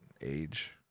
age